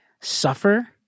suffer